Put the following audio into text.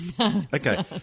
Okay